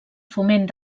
foment